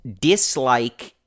dislike